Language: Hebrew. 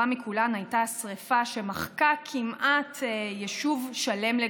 מכולן הייתה השרפה שמחקה כמעט לגמרי יישוב שלם: